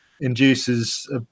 induces